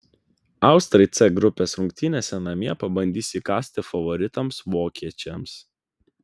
austrai c grupės rungtynėse namie pabandys įkąsti favoritams vokiečiams